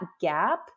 gap